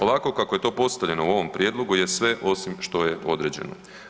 Ovako kako je to postavljeno u ovom prijedlogu je sve osim što je određeno.